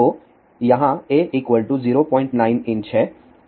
तो यहाँ a 09" है